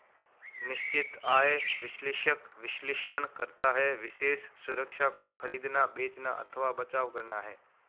निश्चित आय विश्लेषक विश्लेषण करता है विशेष सुरक्षा को खरीदना, बेचना अथवा बचाव करना है